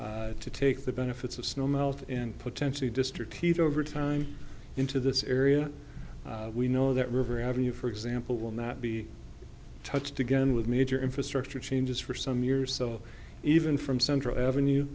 community to take the benefits of snow melt and potentially destroy teeth over time into this area we know that river avenue for example will not be touched again with major infrastructure changes for some years so even from central avenue